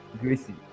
Gracie